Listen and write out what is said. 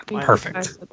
Perfect